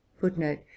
footnote